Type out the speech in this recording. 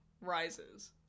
Rises